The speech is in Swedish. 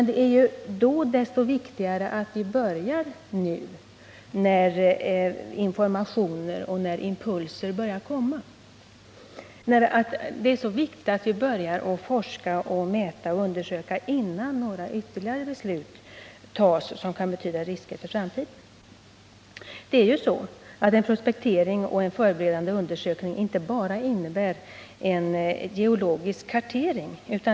Då är det ju desto viktigare att vi börjar nu, när information och impulser börjar komma, att forska, mäta och undersöka innan några ytterligare beslut har fattats som kan betyda risker för framtiden. En prospektering och förberedande undersökning innebär ju inte bara en geologisk kartering.